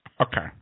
Okay